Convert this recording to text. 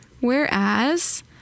Whereas